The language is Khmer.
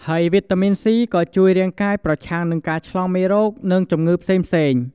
ហើយវីតាមីន C ក៏ជួយរាងកាយប្រឆាំងនឹងការឆ្លងមេរោគ និងជំងឺផ្សេងៗ។